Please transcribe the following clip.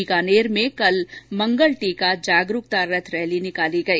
बीकानेर में कल मंगल टीका जागरूकता रथ रैली निकाली गई